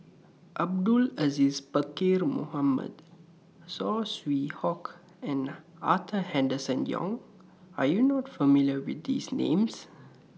Abdul Aziz Pakkeer Mohamed Saw Swee Hock and Arthur Henderson Young Are YOU not familiar with These Names